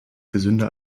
gesünder